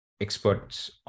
experts